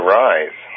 rise